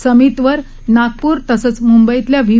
समीतवर नागपूर तसंच मुंबईतल्या व्हि